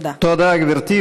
תודה.